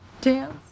dance